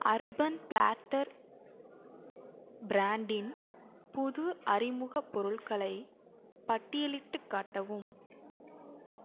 urban platter பிராண்டின் புது அறிமுகப் பொருட்களை பட்டியலிட்டுக் காட்டவும்